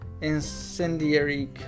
incendiary